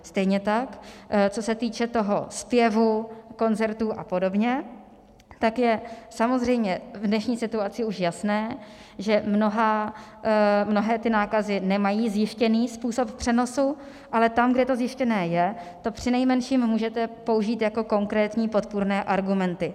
Stejně tak co se týče toho zpěvu, koncertů a podobně, tak je samozřejmě v dnešní situaci už jasné, že mnohé ty nákazy nemají zjištěný způsob přenosu, ale tam, kde to zjištěné je, to přinejmenším můžete použít jako konkrétní podpůrné argumenty.